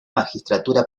magistratura